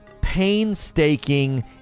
painstaking